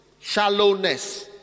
Shallowness